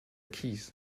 keys